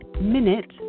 minute